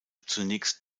zunächst